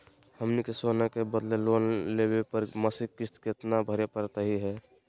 हमनी के सोना के बदले लोन लेवे पर मासिक किस्त केतना भरै परतही हे?